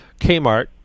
Kmart